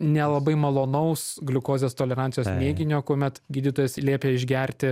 nelabai malonaus gliukozės tolerancijos mėginio kuomet gydytojas liepė išgerti